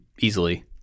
easily